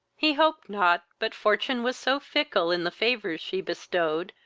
he hoped not, but fortune was so fickle in the favours she bestowed,